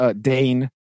Dane